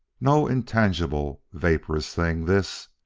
no intangible, vaporous thing, this.